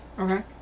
Okay